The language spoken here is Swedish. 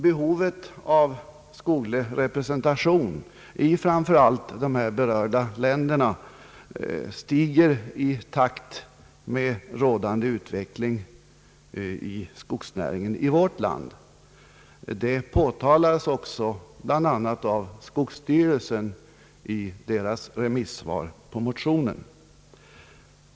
Behovet av skoglig representation i framför allt berörda länder stiger i takt med utvecklingen på skogsnäringens område i vårt land. Det påtalades också bl.a. av skogsstyrelsen i dess remissvar på motionen.